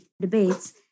debates